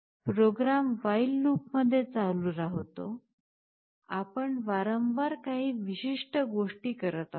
programme while loop मध्ये चालू राहतो आपण वारंवार काही विशिष्ट गोष्टी करत आहोत